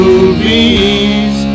Movies